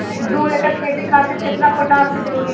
दु एकड़ खेती खातिर केतना पोटाश के जरूरी होला?